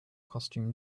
costume